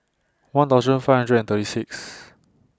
one thousand five hundred and thirty six